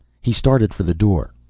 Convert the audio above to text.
he started for the door,